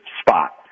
spot